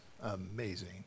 amazing